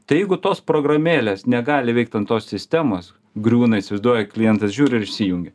tai jeigu tos programėlės negali veikt ant tos sistemos griūna įsivaizduoji klientas žiūri ir išsijungia